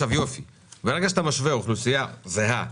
כאשר אתה משווה אוכלוסייה זהה,